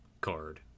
card